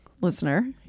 listener